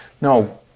no